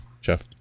jeff